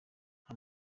nta